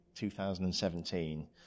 2017